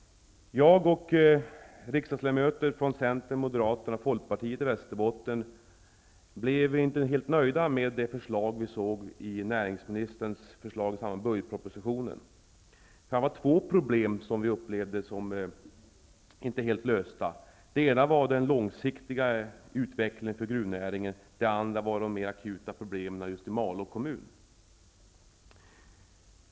Moderaterna och Folkpartiet i Västerbotten blev inte helt nöjda med näringsministerns förslag i budgetpropositionen. Det var två problem som vi upplevde inte var helt lösta. Det ena gällde den långsiktiga utvecklingen för gruvnäringen. Det andra gällde de akuta problemen i Malå kommun.